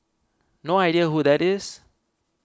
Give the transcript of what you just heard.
no idea who that is